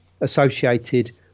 associated